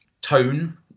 tone